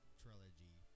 trilogy